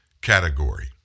category